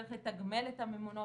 צריך לתגמל את הממונות,